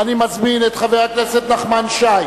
ואני מזמין את חבר הכנסת נחמן שי